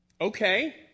Okay